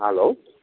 hello